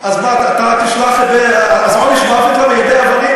אז עונש מוות למיידי אבנים?